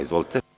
Izvolite.